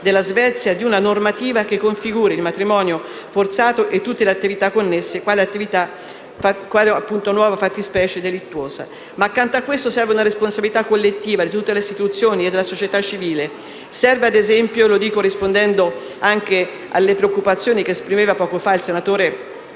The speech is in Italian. della Svezia, di una normativa che configuri il matrimonio forzato e tutte le attività connesse quale nuova fattispecie delittuosa. Accanto a questo serve però una responsabilità collettiva, di tutte le istituzioni e della società civile. Dico ciò rispondendo anche alle preoccupazioni che esprimeva poco fa il senatore